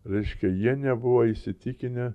reiškia jie nebuvo įsitikinę